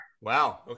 Wow